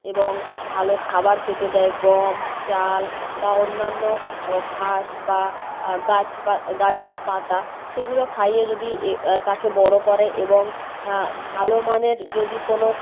এবং ভালো খাবার খেতে দেয় গম চাল বা অন্যান্য ও ঘাস বা গাছ গাছের পাতা সেগুলো খাইয়ে যদি তাকে বড় করে এবং ভালো মানের যদি কোনও